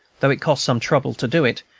though it cost some trouble to do it,